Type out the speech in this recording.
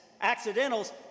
accidentals